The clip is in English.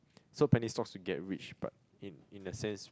sold penny stocks to get rich but in in a sense